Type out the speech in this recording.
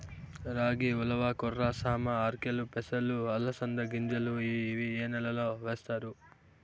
రాగి, ఉలవ, కొర్ర, సామ, ఆర్కెలు, పెసలు, అలసంద గింజలు ఇవి ఏ నెలలో వేస్తారు?